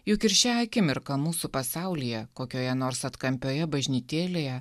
juk ir šią akimirką mūsų pasaulyje kokioje nors atkampioje bažnytėlėje